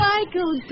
Michael